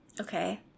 Okay